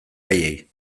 haiei